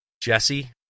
Jesse